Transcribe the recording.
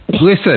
listen